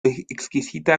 exquisita